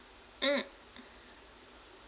mm